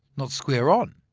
not square on.